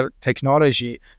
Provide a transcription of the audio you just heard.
technology